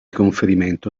conferimento